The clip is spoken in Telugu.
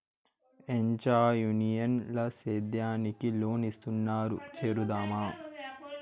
ఏంచా యూనియన్ ల సేద్యానికి లోన్ ఇస్తున్నారు చేరుదామా